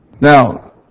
Now